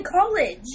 college